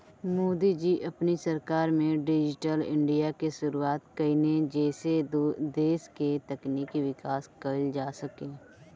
मोदी जी अपनी सरकार में डिजिटल इंडिया के शुरुआत कईने जेसे देस के तकनीकी विकास कईल जा सके